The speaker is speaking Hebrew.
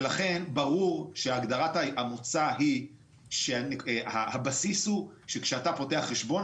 לכן ברור שהגדרת המוצא היא שהבסיס הוא שכאשר אתה פותח חשבון,